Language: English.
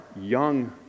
young